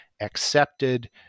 accepted